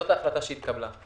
זאת ההחלטה שהתקבלה.